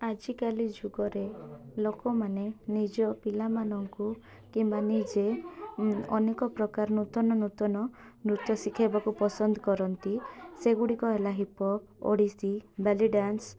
ଆଜିକାଲି ଯୁଗରେ ଲୋକମାନେ ନିଜ ପିଲାମାନଙ୍କୁ କିମ୍ବା ନିଜେ ଅନେକ ପ୍ରକାର ନୂତନ ନୂତନ ନୃତ୍ୟ ଶିଖାଇବାକୁ ପସନ୍ଦ କରନ୍ତି ସେଗୁଡ଼ିକ ହେଲା ହିପହପ୍ ଓଡ଼ିଶୀ ବେଲି ଡାନ୍ସ